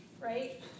right